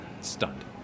stunned